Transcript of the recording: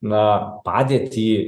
na padėtį